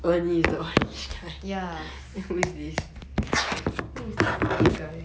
ya who is the other guy